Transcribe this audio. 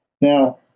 Now